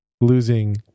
losing